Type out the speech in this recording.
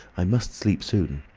i must sleep soon.